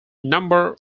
number